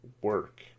work